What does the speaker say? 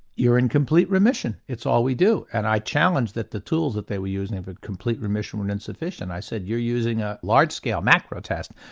you're in complete remission, it's all we do. and i challenged that the tools that they were using of a complete remission were and insufficient. i said you're using a large scale macro test,